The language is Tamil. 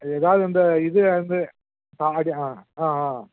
ஏதாவது இந்த இது அது ஆடி ஆ ஆ ஆ